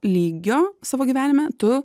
lygio savo gyvenime tu